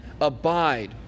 abide